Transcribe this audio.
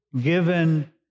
given